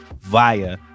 via